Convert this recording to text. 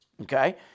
Okay